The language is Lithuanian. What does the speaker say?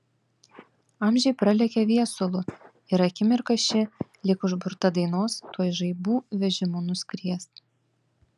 amžiai pralekia viesulu ir akimirka ši lyg užburta dainos tuoj žaibų vežimu nuskries